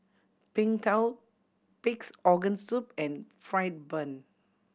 Png Tao Pig's Organ Soup and fried bun